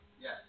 Yes